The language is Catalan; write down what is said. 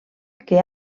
que